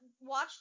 watch